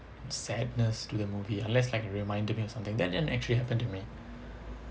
sadness to the movie unless like it reminded me of something that didn't actually happen to me